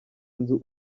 nzu